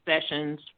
sessions